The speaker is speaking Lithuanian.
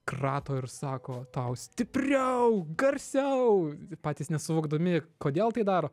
krato ir sako tau stipriau garsiau patys nesuvokdami kodėl tai daro